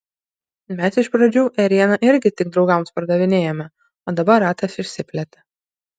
mes iš pradžių ėrieną irgi tik draugams pardavinėjome o dabar ratas išsiplėtė